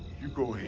you go